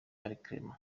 elcrema